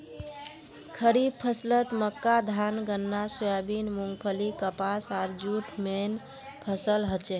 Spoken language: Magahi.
खड़ीफ फसलत मक्का धान गन्ना सोयाबीन मूंगफली कपास आर जूट मेन फसल हछेक